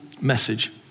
message